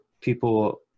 people